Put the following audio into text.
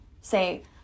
say